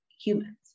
humans